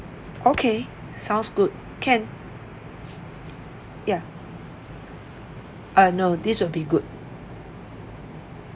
okay sounds good can ya uh no this will be good